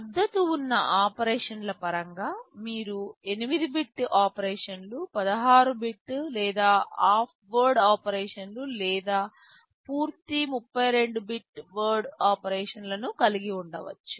మద్దతు ఉన్న ఆపరేషన్ల పరంగా మీరు 8 బిట్ ఆపరేషన్లు 16 బిట్ లేదా ఆఫ్ వర్డ్ ఆపరేషన్లు లేదా పూర్తి 32 బిట్ వర్డ్ ఆపరేషన్లను కలిగి ఉండవచ్చు